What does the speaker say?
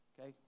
Okay